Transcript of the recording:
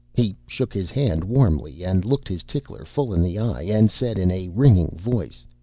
he shook his hand warmly and looked his tickler full in the eye and said in a ringing voice,